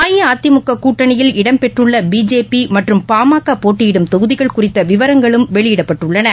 அஇஅதிமுக கூட்டனியில் இடம்பெற்றுள்ள பிஜேபி மற்றும் பாமக போட்டியிடும் தொகுதிகள் குறித்த விவரங்களும் வெளியிடப்பட்டுள்ளன